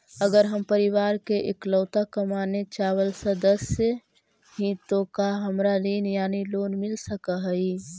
अगर हम परिवार के इकलौता कमाने चावल सदस्य ही तो का हमरा ऋण यानी लोन मिल सक हई?